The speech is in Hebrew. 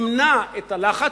ימנע את הלחץ,